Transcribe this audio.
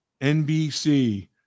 NBC